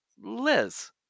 Liz